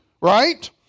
right